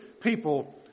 people